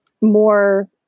more